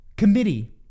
committee